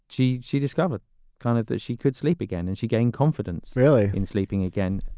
she she discovered kind of that she could sleep again and she gained confidence really in sleeping again.